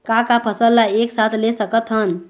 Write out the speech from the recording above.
का का फसल ला एक साथ ले सकत हन?